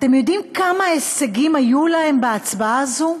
אתם יודעים כמה הישגים היו להם בהצבעה הזאת?